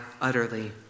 utterly